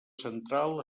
central